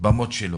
במוות שלו,